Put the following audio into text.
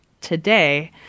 today